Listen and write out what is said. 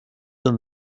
than